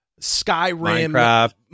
Skyrim